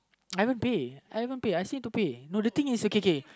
I have pay I haven't pay I still have to pay no the thing is K K